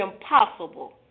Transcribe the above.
impossible